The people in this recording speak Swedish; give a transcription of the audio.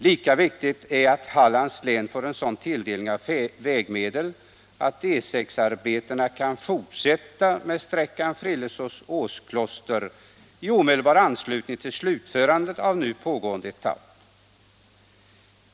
Lika viktigt är att Hallands län får sådan tilldelning av vägmedel att E 6-arbetena kan fortsätta med sträckan Frillesås-Åskloster i omedelbar anslutning till slutförandet av nu pågående etapp.